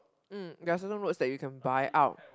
mm there are certain roads that you can buyout